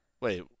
Wait